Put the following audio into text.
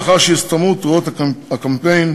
לאחר שהסתיימו תרועות הקמפיינים,